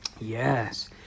Yes